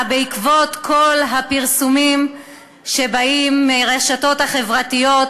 בעקבות כל הפרסומים שבאים מהרשתות החברתיות,